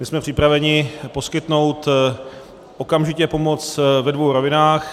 My jsme připraveni poskytnout okamžitě pomoc ve dvou rovinách.